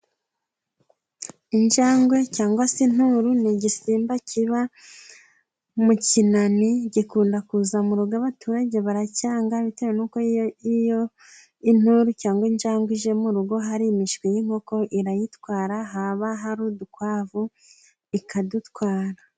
injangwe cyangwa se inturu n'igisimba kiba mu kinani gikunda kuza mu rugo, abaturage baracyanga, bitewe nuko iyo inturu cyangwa injangwe ije mu urugo hari imishwi y'inkoko irayitwara, haba hari udukwavu ikadutwara.